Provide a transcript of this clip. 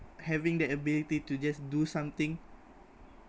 having that ability to just do something